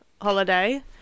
holiday